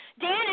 Dan